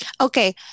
Okay